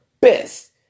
best